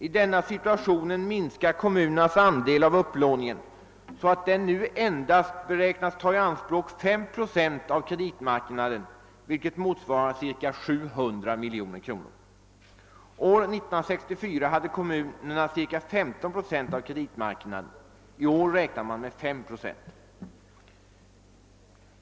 I denna situation minskar kommunernas andel av upplåningen, så att den nu endast beräknas ta i anspråk 5 procent av kreditmarknaden, vilket motsvarar ca 700 miljoner kronor. År 1964 hade kommunerna ca 15 procent av kreditmarknaden; i år räknar man med 5 procent.